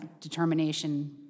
determination